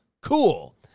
cool